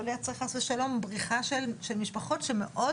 לא לייצר חס ושלום בריחה של משפחות שמאוד